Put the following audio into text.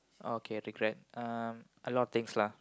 okay regret um a lot of things lah